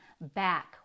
back